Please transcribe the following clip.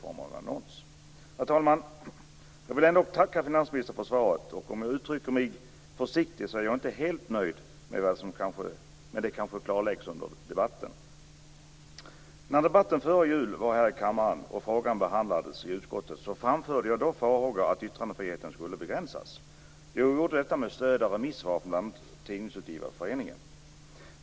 Fru talman! Jag vill ändå tacka finansministern för svaret. Om jag uttrycker mig försiktigt är jag inte helt nöjd, men det kanske klarläggs under debatten. När debatten var före jul här i kammaren och frågan behandlades i utskottet framförde jag farhågor att yttrandefriheten skulle begränsas. Jag gjorde detta med stöd av remissvar från bl.a. Tidningsutgivareföreningen.